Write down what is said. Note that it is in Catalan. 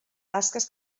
tasques